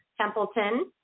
Templeton